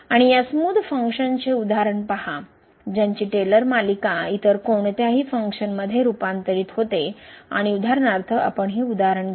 आणि या स्मूद फंक्शन्सचे उदाहरण पहा ज्यांची टेलर मालिका इतर कोणत्याही फंक्शनमध्ये रूपांतरित होते आणि उदाहरणार्थ आपण हे उदाहरण घ्या